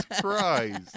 Christ